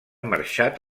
marxat